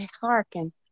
hearken